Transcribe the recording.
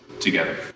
together